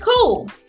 cool